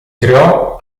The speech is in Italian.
creò